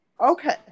Okay